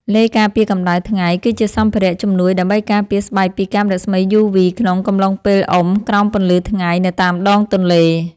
ឡេការពារកម្ដៅថ្ងៃ គឺជាសម្ភារៈជំនួយដើម្បីការពារស្បែកពីកាំរស្មីយូវី ក្នុងកំឡុងពេលអុំក្រោមពន្លឺថ្ងៃនៅតាមដងទន្លេ។